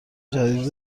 جدید